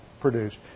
produced